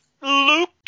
Luke